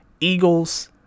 Eagles